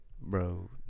Bro